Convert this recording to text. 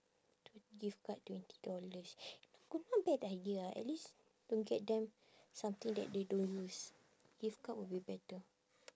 twen~ gift card twenty dollars you got not bad idea ah at least don't get them something that they don't use gift card will be better